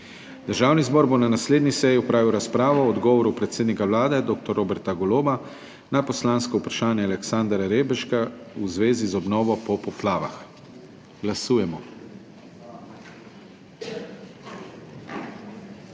Državni zbor bo na naslednji seji opravil razpravo o odgovoru predsednika Vlade dr. Roberta Goloba na poslansko vprašanje Aleksandra Reberška v zvezi z obnovo po poplavah. Glasujemo.